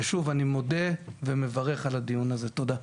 ושוב אני מודה ומברך על הדיון הזה תודה.